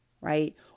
right